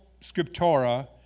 scriptura